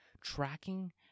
Tracking